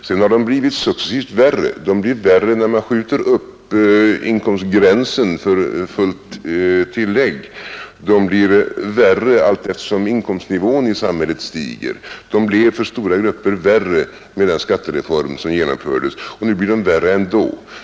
Sedan har de successivt blivit värre; de blir värre när man skjuter upp inkomstgränsen för fullt tillägg, de blir värre allteftersom inkomstnivån i samhället stiger, de blir för stora grupper värre med den skattereform som genomförts och nu blir de värre ändå.